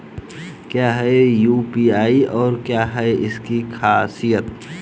क्या है यू.पी.आई और क्या है इसकी खासियत?